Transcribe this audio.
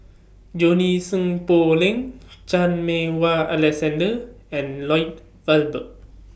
Junie Sng Poh Leng Chan Meng Wah Alexander and Lloyd Valberg